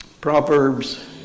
Proverbs